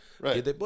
right